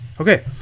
Okay